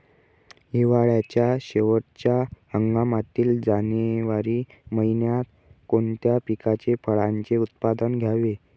हिवाळ्याच्या शेवटच्या हंगामातील जानेवारी महिन्यात कोणत्या पिकाचे, फळांचे उत्पादन घ्यावे?